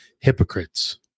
hypocrites